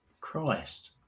Christ